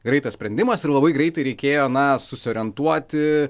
greitas sprendimas ir labai greitai reikėjo na susiorientuoti